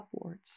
upwards